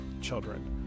children